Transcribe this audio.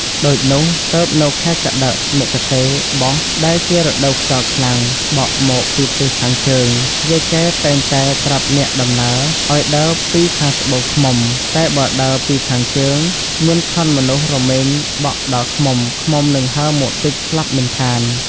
ដូចនោះ ទើបនៅខែកត្តិក-មិគសិរ-បុស្ស ដែលជារដូវខ្យល់ខ្លាំង បក់មកពីទិសខាងជើង យាយកែតែងតែប្រាប់អ្នកដំណើរឲ្យដើរពីខាងត្បូងឃ្មុំ តែបើដើរពីខាងជើង មានក្លិនមនុស្សរមែងបក់ដល់ឃ្មុំៗនឹងហើរមកទិចស្លាប់មិនខាន ។